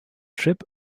trip